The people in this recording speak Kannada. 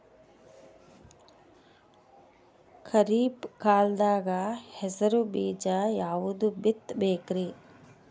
ಖರೀಪ್ ಕಾಲದಾಗ ಹೆಸರು ಬೀಜ ಯಾವದು ಬಿತ್ ಬೇಕರಿ?